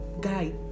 guy